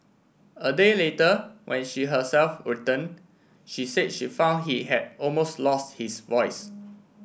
a day later when she herself returned she said she found he had almost lost his voice